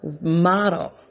model